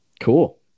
Cool